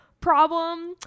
problem